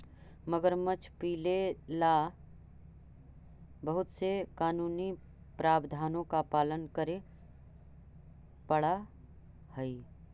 मगरमच्छ पीले ला बहुत से कानूनी प्रावधानों का पालन करे पडा हई